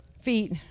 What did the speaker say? Feet